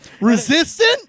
Resistant